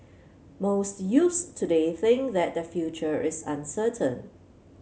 most youths today think that their future is uncertain